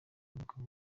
umwuka